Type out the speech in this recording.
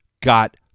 got